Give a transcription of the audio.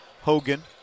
Hogan